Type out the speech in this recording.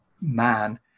man